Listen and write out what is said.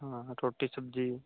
हाँ हाँ रोटी सब्ज़ी